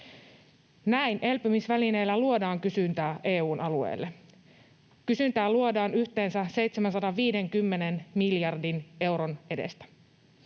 Näin elpymisvälineellä luodaan kysyntää EU:n alueelle. Kysyntää luodaan yhteensä 750 miljardin euron edestä.